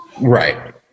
right